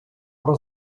про